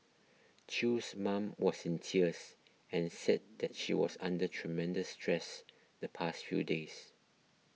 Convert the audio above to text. Chew's mom was in tears and said that she was under tremendous stress the past few days